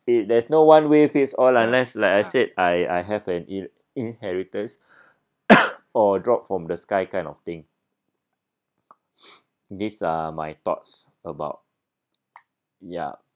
it there's no one way fits all unless like I said I I have an in~ inheritance or drop from the sky kind of thing these are my thoughts about ya